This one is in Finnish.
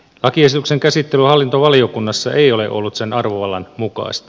lakiesityksen käsittely hallintovaliokunnassa ei ole ollut sen arvovallan mukaista